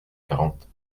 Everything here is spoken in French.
quarante